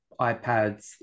iPads